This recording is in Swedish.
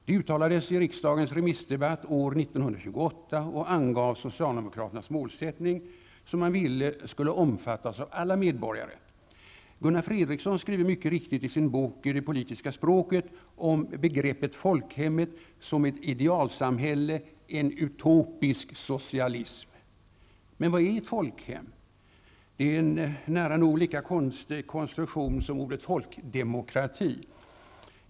Det uttalades i riksdagens remissdebatt år 1928 och angav socialdemokraternas målsättning, som man ville skulle omfattas av alla medborgare. Gunnar Fredriksson skriver mycket riktigt i sin bok Det politiska språket om begreppet folkhemmet som ett idealsamhälle, en utopisk socialism. Men vad är ett ''folkhem''? Det är en nära nog lika konstig konstruktion som ordet ''folkdemokrati''.